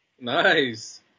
nice